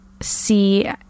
see